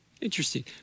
Interesting